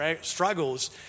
struggles